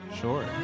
Sure